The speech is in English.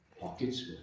Pockets